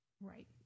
Right